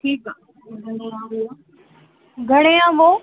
ठीकु आहे घणे आहे वो घणे आहे वो